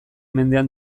mendean